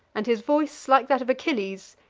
and his voice, like that of achilles,